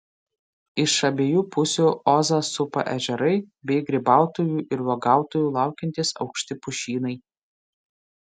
iš abiejų pusių ozą supa ežerai bei grybautojų ir uogautojų laukiantys aukšti pušynai